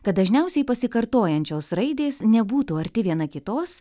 kad dažniausiai pasikartojančios raidės nebūtų arti viena kitos